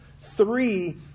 three